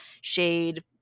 shade